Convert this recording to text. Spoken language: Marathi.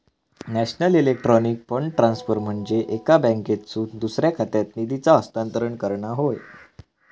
नॅशनल इलेक्ट्रॉनिक फंड ट्रान्सफर म्हनजे एका बँकेतसून दुसऱ्या खात्यात निधीचा हस्तांतरण करणा होय